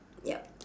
ya